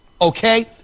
okay